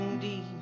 deep